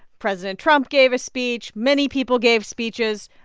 president trump gave a speech. many people gave speeches.